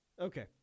Okay